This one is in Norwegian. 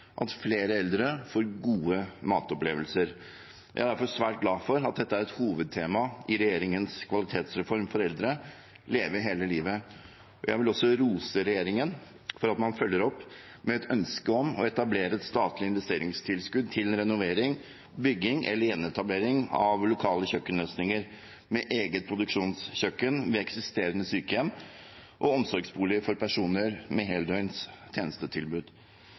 at flere eldre får gode matopplevelser. Jeg er derfor svært glad for at dette er et hovedtema i regjeringens kvalitetsreform for eldre, Leve hele livet. Jeg vil rose regjeringen for at man følger opp med et ønske om å etablere et statlig investeringstilskudd til renovering, bygging eller gjenetablering av lokale kjøkkenløsninger med eget produksjonskjøkken ved eksisterende sykehjem og omsorgsboliger for personer med heldøgns tjenestetilbud.